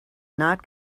not